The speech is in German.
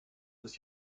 bis